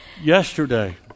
Yesterday